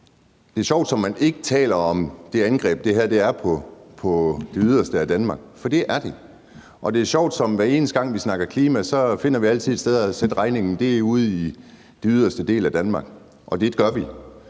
Det er sjovt, at man ikke taler om det angreb, som det her er, på de yderste dele af Danmark, for det er det. Det er sjovt, at hver eneste gang vi snakker klima, finder vi altid et sted at sende regningen hen, og det er ud til den yderste del af Danmark – for det gør vi.